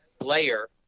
layer